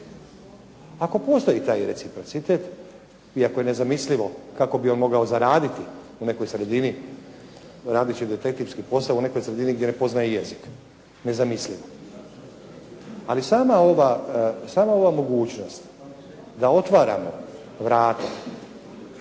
Ako postoji taj reciprocitet, iako je nezamislivo kako bi on mogao zaraditi u nekoj sredini, radeći detektivski posao u nekoj sredini gdje ne poznaje jezik. Nezamislivo. Ali sama ova mogućnost da otvaramo vrata